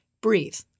breathe